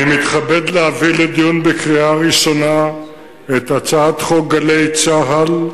אני מתכבד להביא לדיון בקריאה ראשונה את הצעת חוק "גלי צה"ל"